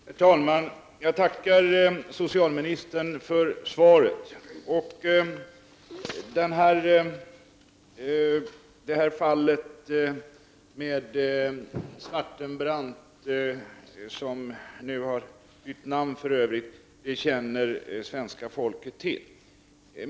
Herr talman! Jag tackar socialministern för svaret. Fallet med Svartenbrandt, som nu har bytt namn för övrigt, känner svenska folket till.